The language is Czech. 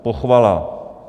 Pochvala.